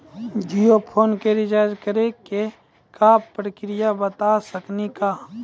Jio phone के recharge करे के का प्रक्रिया बता साकिनी का?